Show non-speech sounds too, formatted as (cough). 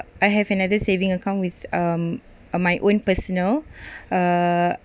I have another saving account with um uh my own personal (breath) err